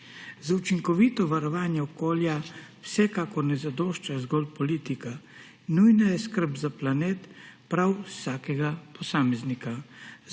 Za učinkovito varovanje okolja vsekakor ne zadošča zgolj politika, nujna je skrb za planet prav vsakega posameznika.